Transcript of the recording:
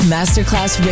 Masterclass